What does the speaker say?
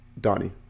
Donnie